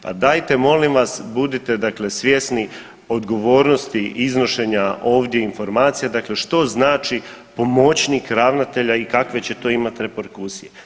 Pa dajte molim vas budite dakle svjesni odgovornosti iznošenja ovdje informacija dakle što znači pomoćnik ravnatelja i kakve će to imat reperkusije.